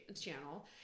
channel